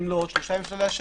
ואם לא עוד 3 ימים יש לה לאשר.